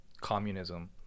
communism